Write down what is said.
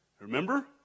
Remember